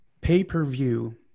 Pay-per-view